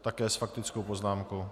Také s faktickou poznámkou.